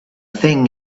thing